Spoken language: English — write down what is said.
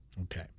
Okay